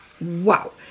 Wow